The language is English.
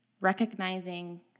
recognizing